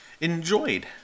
enjoyed